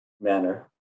manner